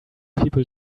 people